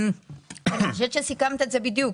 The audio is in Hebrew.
אני חושבת שסיכמת את זה בדיוק.